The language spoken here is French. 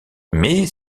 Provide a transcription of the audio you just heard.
mais